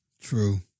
true